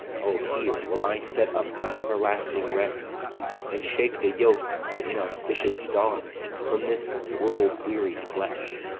o, here will i set up my everlasting rest and shake the yoke of inauspicious stars from this world-wearied flesh.